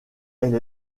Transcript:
elle